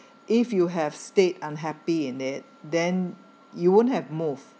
if you have stayed unhappy in it then you won't have move